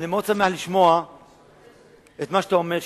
אני מאוד שמח לשמוע את מה שאתה אומר,